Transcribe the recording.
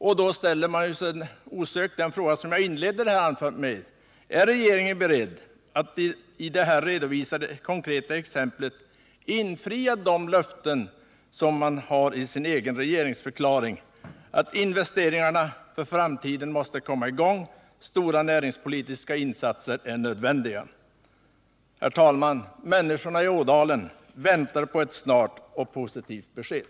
Det jag inledde mitt anförande med kommer då åter att aktualiseras, och vi kommer att fråga om regeringen är beredd att i samband med det här redovisade konkreta exemplet infria de löften som avgivits i regeringsförklaringen och som löd: ”Investeringarna för framtiden måste komma i gång. Stora näringspolitiska insatser är nödvändiga.” Herr talman! Människorna i Ådalen väntar på ett snart och positivt besked.